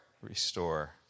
restore